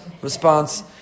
response